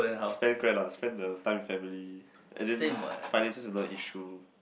spend grand lah spend the time with family finances is not a issue